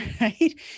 Right